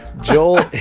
Joel